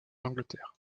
d’angleterre